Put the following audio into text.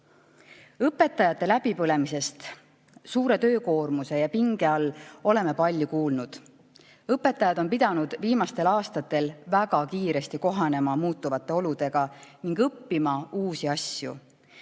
Õpetajate läbipõlemisest suure töökoormuse ja pinge all oleme palju kuulnud. Õpetajad on pidanud viimastel aastatel väga kiiresti kohanema muutuvate oludega ning õppima uusi asju.